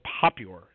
popular